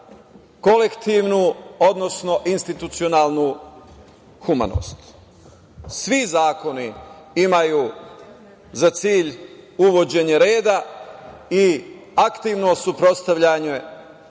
kolektivnu, odnosno institucionalnu humanost. Svi zakoni imaju za cilj uvođenje reda i aktivno suprotstavljanje